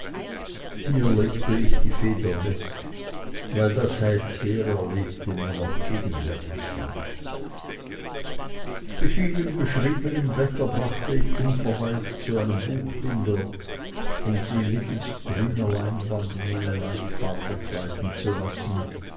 hier legte ich die feder weg weil das seither erlebte mir noch gegenwärtig war die vielen beschriebenen blätter brachte ich unverweilt zu einem buchbinder um sie mittelst grüner leinwand in meine leibfarbe kleiden zu lassen